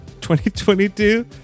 2022